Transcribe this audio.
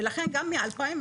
לכן גם מ-2013,